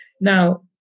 Now